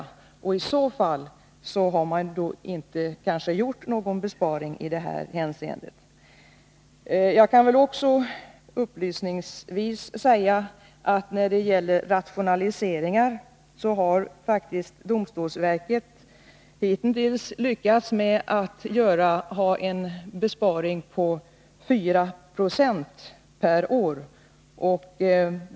I så fall har man kanske inte gjort någon besparing i detta hänseende. Upplysningsvis kan jag också säga att genom rationaliseringar har faktiskt domstolsverket lyckats göra en besparing på 4 Zo per år.